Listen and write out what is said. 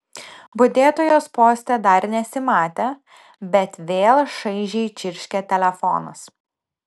budėtojos poste dar nesimatė bet vėl šaižiai čirškė telefonas